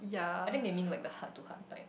I think they mean like the heart to heart type